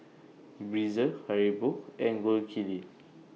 Breezer Haribo and Gold Kili